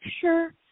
sure